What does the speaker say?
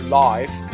life